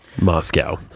Moscow